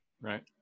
right